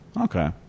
Okay